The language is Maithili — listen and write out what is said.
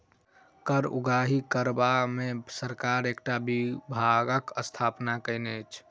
कर उगाही करबा मे सरकार एकटा विभागक स्थापना कएने अछि